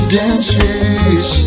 dances